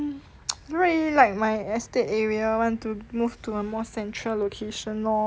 don't really like my estate area want to move to a more central location lor